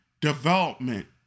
development